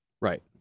Right